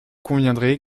conviendrez